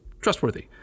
trustworthy